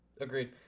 Agreed